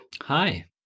Hi